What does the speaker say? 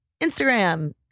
instagram